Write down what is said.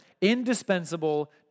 indispensable